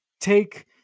take